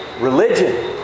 religion